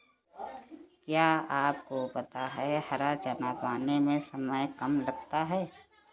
क्या आपको पता है हरा चना पकाने में समय कम लगता है?